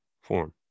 form